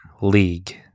League